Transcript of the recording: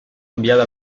enviada